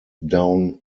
down